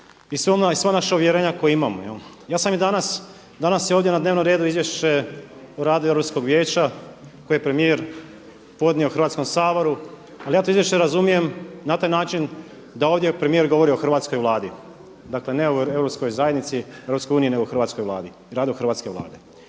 i sva ona naša uvjerenja koja imamo. Ja sam i danas, danas je ovdje na dnevnom redu Izvješće o radu Europskog Vijeća koje je premijer podnio Hrvatskom saboru. Ali ja to izvješće razumijem na taj način da ovdje premijer govori o hrvatskoj Vladi. Dakle, ne o Europskoj zajednici, Europskoj uniji, nego o hrvatskoj Vladi i radu hrvatske Vlade.